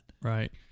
right